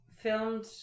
filmed